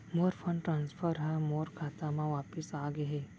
मोर fund transfer हा मोर खाता मा वापिस आ गे हवे